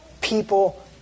people